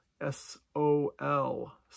S-O-L